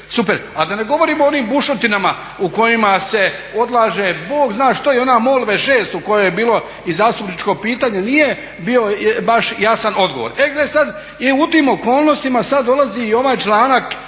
super, a da ne govorimo o onim bušotinama u kojima se odlaže Bog zna što. I ona Molve 6 o kojoj je bilo i zastupničko pitanje nije bio baš jasan odgovor. E gle sad i u tim okolnostima sad dolazi i ovaj članak,